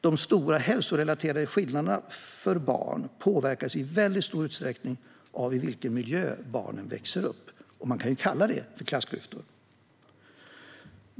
De stora hälsorelaterade skillnaderna för barn påverkas i mycket stor utsträckning av i vilken miljö som barnen växer upp. Man kan kalla det för klassklyftor.